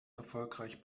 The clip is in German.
erfolgreich